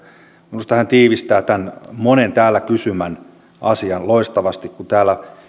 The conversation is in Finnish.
minusta hän tiivistää tämän monen täällä kysymän asian loistavasti kun täällä muun